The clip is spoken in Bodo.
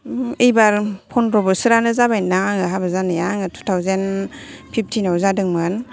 ऐबार फनद्र' बोसोरानो जाबाय दां आङो हाबा जानाया आङो टु थावजेन फिफटिनाव जादोंमोन